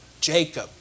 Jacob